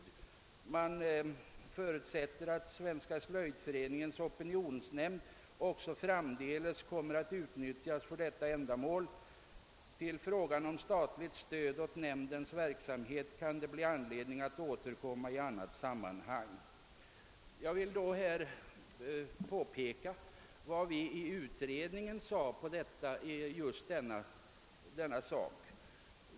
Departementschefen förutsätter, att Svenska slöjdföreningens opinionsnämnd också framdeles kommer att utnyttjas för detta ändamål, och uttalar att det kan bli anledning att i annat sammanhang återkomma till frågan om nämndens verksamhet. Jag vill då påpeka vad vi i utredningen sade om denna sak.